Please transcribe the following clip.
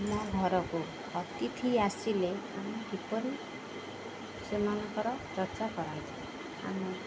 ଆମ ଘରକୁ ଅତିଥି ଆସିଲେ ଆମେ କିପରି ସେମାନଙ୍କର ଚର୍ଚ୍ଚା ଆମେ